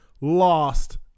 lost